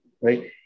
Right